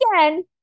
again